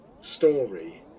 story